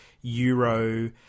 Euro